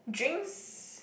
drinks